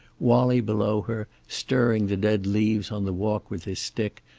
wallie below her, stirring the dead leaves on the walk with his stick,